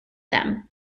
them